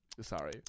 Sorry